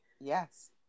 Yes